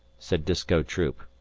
said disko troop.